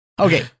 Okay